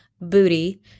booty